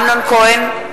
אמנון כהן,